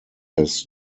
his